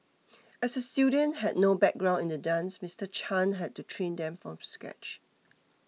as the students had no background in the dance Mister Chan had to train them from scratch